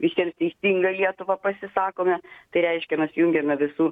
visiems teisingą lietuvą pasisakome tai reiškia mes jungiame visų